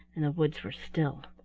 and the woods were still.